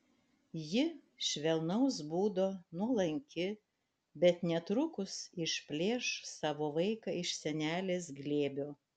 ji švelnaus būdo nuolanki bet netrukus išplėš savo vaiką iš senelės glėbio